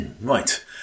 Right